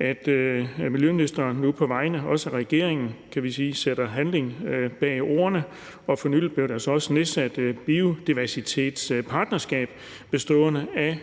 at miljøministeren nu på vegne af regeringen sætter handling bag ordene. For nylig blev der nedsat et biodiversitetspartnerskab bestående af